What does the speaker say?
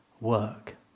work